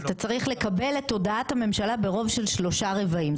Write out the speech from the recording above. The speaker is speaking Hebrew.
אבל אתה צריך לקבל את הודעת הממשלה ברוב של שלושה רבעים.